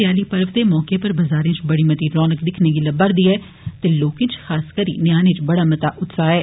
देआली पर्व दे मौके उप्पर बजारे च बड़ी मती रौनक दिक्खने गी लब्बा'रदी ऐ ते लोकें च खास करी न्यानें च बड़ा मता उत्साह ऐ